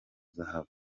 zahabu